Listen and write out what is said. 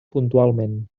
puntualment